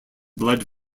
blood